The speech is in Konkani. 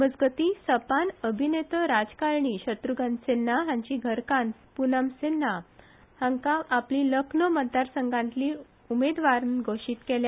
मजगती सपान अभिनेतो राजकारणी शत्र्ध्न सिन्हा हांची घरकान्न पुनम सिन्हा हिका आपली लखनौ मतदारसंघातली उमेदवार म्हण घोषीत केल्या